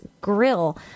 grill